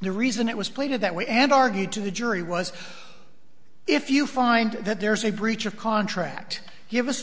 the reason it was played that way and argued to the jury was if you find that there's a breach of contract give us the